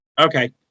Okay